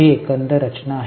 ही एकंदर रचना आहे